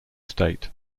state